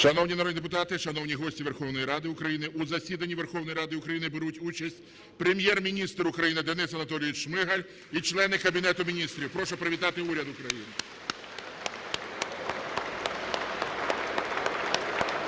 Шановні народні депутати, шановні гості Верховної Ради України, у засіданні Верховної Ради України беруть участь: Прем'єр-міністр України Денис Анатолійович Шмигаль і члени Кабінету Міністрів. Прошу привітати уряд України.